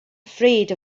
afraid